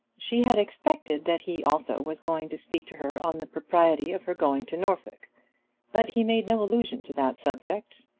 she had expected that he also was going to speak to her on the propriety of her going to norfolk but he made no allusion to that subject,